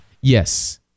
Yes